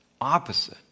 opposite